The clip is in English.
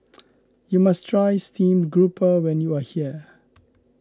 you must try Steamed Grouper when you are here